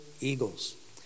eagles